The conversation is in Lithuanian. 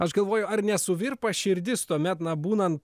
aš galvoju ar nesuvirpa širdis tuomet na būnant